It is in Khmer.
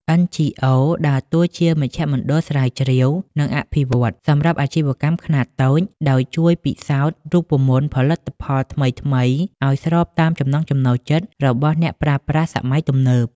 NGOs ដើរតួជាមជ្ឈមណ្ឌលស្រាវជ្រាវ និងអភិវឌ្ឍន៍ សម្រាប់អាជីវកម្មខ្នាតតូច ដោយជួយពិសោធន៍រូបមន្តផលិតផលថ្មីៗឱ្យស្របតាមចំណង់ចំណូលចិត្តរបស់អ្នកប្រើប្រាស់សម័យទំនើប។